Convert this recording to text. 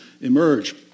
emerge